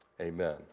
Amen